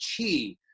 chi